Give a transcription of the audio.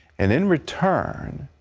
and in return,